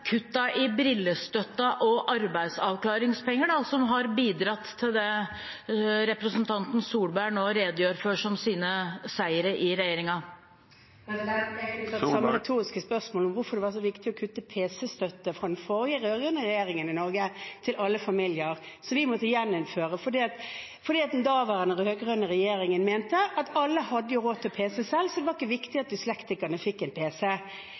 i brillestøtten og arbeidsavklaringspenger som har bidratt til det representanten Solberg nå redegjør for som sine seire i regjering? Jeg kunne tatt det samme retoriske spørsmålet og spurt hvorfor det var så viktig for den forrige rød-grønne regjeringen i Norge å kutte pc-støtte til alle familier, som vi måtte gjeninnføre fordi den daværende rød-grønne regjeringen mente at alle hadde råd til pc selv, så det var ikke viktig at dyslektikerne fikk pc.